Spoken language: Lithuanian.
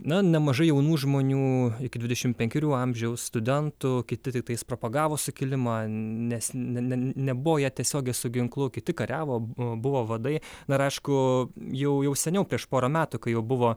na nemažai jaunų žmonių iki dvidešim penkerių amžiaus studentų kiti tiktais propagavo sukilimą nes ne ne nebuvo jie tiesiogiai su ginklu kiti kariavo buvo vadai na ir aišku jau jau seniau prieš porą metų kai jau buvo